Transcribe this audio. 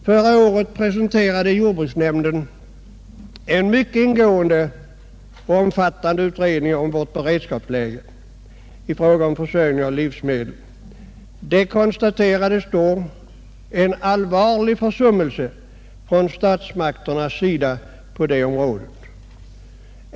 | Förra året presenterade jordbruksnämnden en mycket ingående och omfattande utredning om vårt beredskapsläge i fråga om försörjningen med livsmedel. Det konstaterades då cen allvarlig försummelse frän statsmakternas sida på detta område.